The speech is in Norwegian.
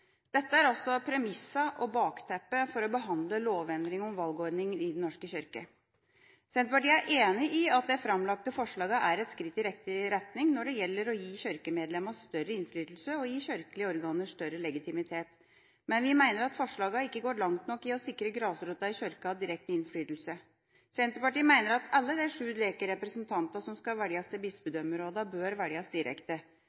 Dette er altså premissene og bakteppet for å behandle lovendringene om valgordning i Den norske kirke. Senterpartiet er enig i at de framlagte forslagene er et skritt i riktig retning når det gjelder å gi kirkemedlemmene større innflytelse og kirkelige organer større legitimitet. Men vi mener at forslagene ikke går langt nok i å sikre grasrota i Kirken direkte innflytelse. Senterpartiet mener at alle de sju leke representantene som skal velges til